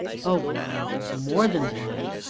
o blind, and more than blind!